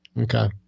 Okay